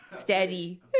steady